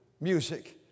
music